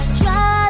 try